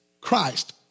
Christ